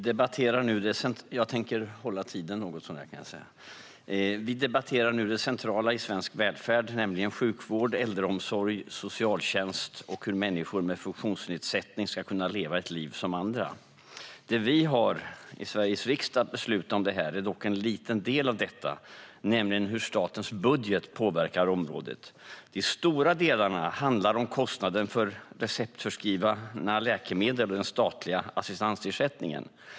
Fru talman! Vi debatterar nu det centrala i svensk välfärd, nämligen sjukvård, äldreomsorg, socialtjänst och hur människor med funktionsnedsättning ska kunna leva ett liv som andra. Det vi i Sveriges riksdag har att besluta om är dock en liten del av detta, nämligen hur statens budget påverkar området. De stora delarna handlar om kostnaden för receptförskrivna läkemedel och den statliga assistansersättningen.